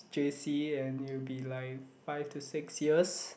J_C and you'll be like five to six years